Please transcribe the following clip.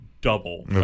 double